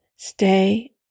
Stay